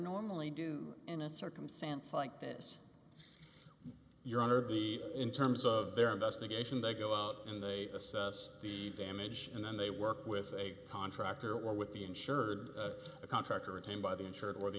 normally do in a circumstance like this your honor be in terms of their investigation they go out and they assess the damage and then they work with a contractor or with the insured a contractor retained by the insured or the